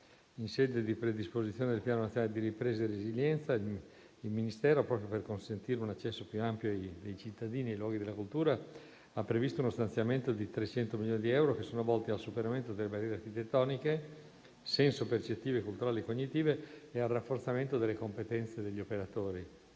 in sede di predisposizione del Piano nazionale di ripresa e resilienza, proprio per consentire un accesso più ampio dei cittadini nei luoghi della cultura, il Ministero ha previsto uno stanziamento di 300.000 milioni di euro volti al superamento delle barriere architettoniche senso-percettive, culturali e cognitive, e al rafforzamento delle competenze degli operatori.